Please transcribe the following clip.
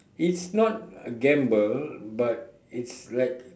it's not gamble but it's like